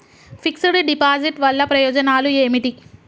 Fix డ్ deposit వల్ల ప్రయోజనాలు ఏమిటి?